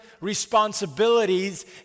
responsibilities